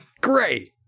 great